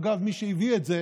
אגב, מי שהביא את זה